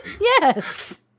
Yes